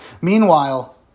Meanwhile